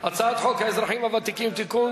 האזרחים הוותיקים (תיקון,